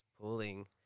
pulling